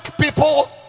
people